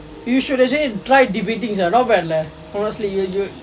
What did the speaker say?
you should actually try debating not bad leh honestly